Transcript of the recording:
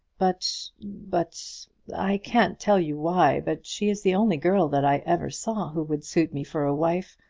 but but i can't tell you why but she is the only girl that i ever saw who would suit me for a wife.